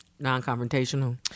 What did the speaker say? Non-confrontational